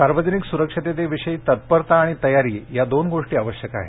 सार्वजनिक स्रक्षिततेविषयी तत्परता आणि तयारी दोन गोष्ट आवश्यक आहेत